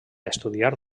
estudiar